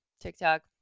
tiktok